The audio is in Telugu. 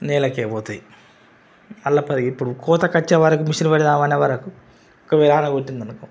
నీళ్లకే పోతాయి మళ్ళా ఇప్పుడు కోత కొచ్చేంత వరకు మిషన్ పెడదామనే వరకు ఒక వ్యాధి పట్టిందనుకో